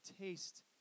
taste